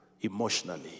emotionally